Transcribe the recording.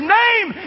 name